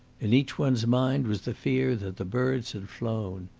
in each one's mind was the fear that the birds had flown.